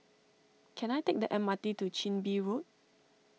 can I take the M R T to Chin Bee Road